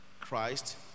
Christ